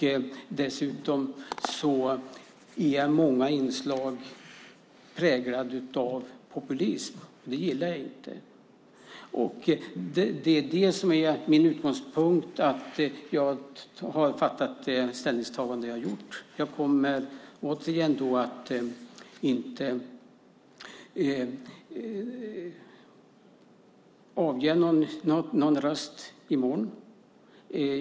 Dessutom är många inslag präglade av populism. Det gillar jag inte. Det är det som är min utgångspunkt för det ställningstagande jag har gjort. Jag kommer inte att avge någon röst i morgon.